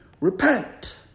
Repent